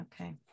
Okay